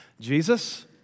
Jesus